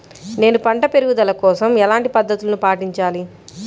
నేను పంట పెరుగుదల కోసం ఎలాంటి పద్దతులను పాటించాలి?